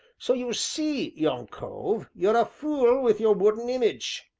so you see, young cove, you're a fool with your wooden image.